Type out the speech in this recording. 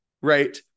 right